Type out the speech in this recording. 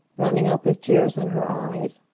running up with tears in her eyes.